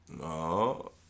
No